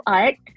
art